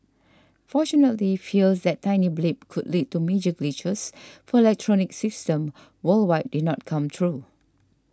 fortunately fears that tiny blip could lead to major glitches for electronic systems worldwide did not come true